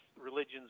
religions